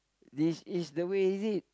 this is the way is it